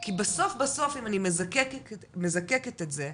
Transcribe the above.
כי בסוף אם אני מזקקת את זה,